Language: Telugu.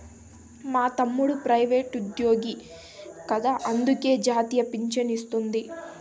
మా తమ్ముడు ప్రైవేటుజ్జోగి కదా అందులకే జాతీయ పింఛనొస్తాది